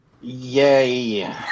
yay